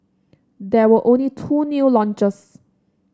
there were only two new launches